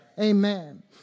Amen